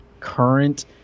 current